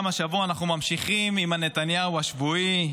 גם השבוע אנחנו ממשיכים עם נתניהו השבועי,